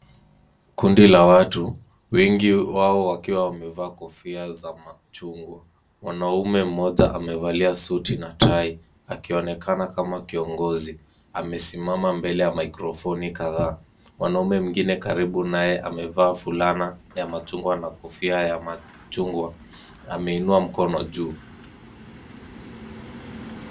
Kundi la watu wengi wao wakiwa wamevaa kofia za machungwa. Mwanaume mmoja amevalia suti na tai akionekana kama kiongozi. Amesimama mbele ya mikrofoni kadhaa. Mwanaume mwingine karibu naye amevaa fulana ya machungwa na kofia ya machungwa. Ameinua mkono juu.